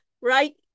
right